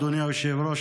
אדוני היושב-ראש,